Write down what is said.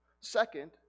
Second